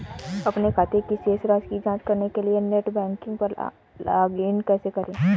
अपने खाते की शेष राशि की जांच करने के लिए नेट बैंकिंग पर लॉगइन कैसे करें?